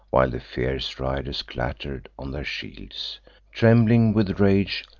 while the fierce riders clatter'd on their shields trembling with rage,